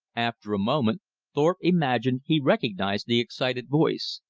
after a moment thorpe imagined he recognized the excited voice.